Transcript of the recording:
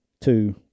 two